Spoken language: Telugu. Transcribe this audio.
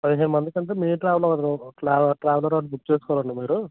పదిహేను మందికి అంటే మీ ట్రావెల్ అది ట్రా ట్రావెలర్ అది బుక్ చేసుకోవాలి అండి మీరు